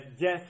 death